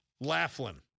Laughlin